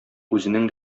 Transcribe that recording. үзенең